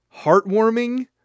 heartwarming